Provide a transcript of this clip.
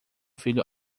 filho